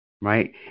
right